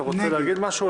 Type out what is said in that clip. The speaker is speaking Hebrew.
אתה רוצה להגיד משהו?